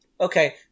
Okay